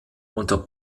unter